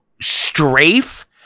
strafe